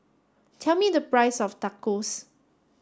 tell me the price of Tacos